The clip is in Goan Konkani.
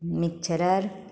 मिक्चरार